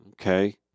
Okay